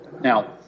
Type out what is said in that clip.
Now